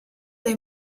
dai